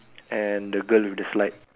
and the girl with the slide